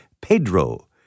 Pedro